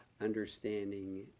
understanding